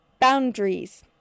boundaries